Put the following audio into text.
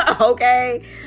okay